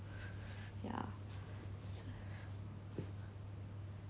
ya